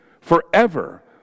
forever